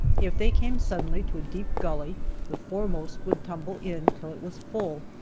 if they came suddenly to a deep gully the foremost would tumble in till it was full,